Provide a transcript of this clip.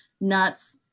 nuts